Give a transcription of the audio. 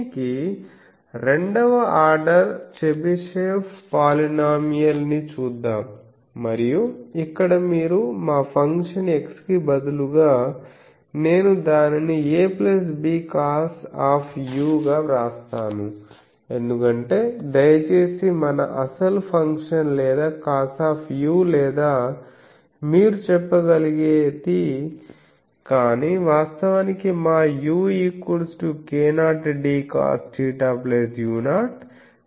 దీనికి 2వ order Chebyshev polynomial ని చూద్దాం మరియు ఇక్కడ మీరు మా ఫంక్షన్ x కి బదులుగా నేను దానిని a b cos గా వ్రాస్తాను ఎందుకంటే దయచేసి మన అసలు ఫంక్షన్ లేదా cos లేదా మీరు చెప్పగలిగేది కానీ వాస్తవానికి మా u k0 d cosθ u0